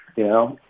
you know?